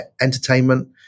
entertainment